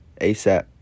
ASAP